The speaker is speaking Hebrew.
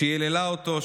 היא היללה אותו.